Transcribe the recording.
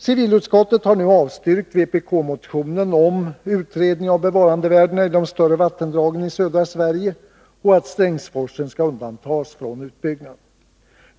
Civilutskottet har nu avstyrkt vpk-motionen om utredning av bevarandevärdena i de större vattendragen i södra Sverige och om att Strängsforsen skall undantas från utbyggnad.